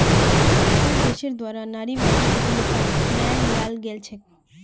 हर देशेर द्वारा नारीवादी उद्यमिताक अपनाए लियाल गेलछेक